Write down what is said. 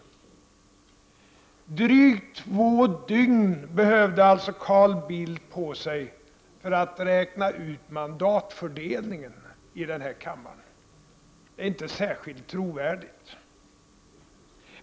Carl Bildt behövde alltså drygt två dygn för att räkna ut mandatfördelningen i den här kammaren. Det är inte särskilt trovärdigt.